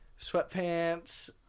sweatpants